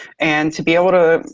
and to be able to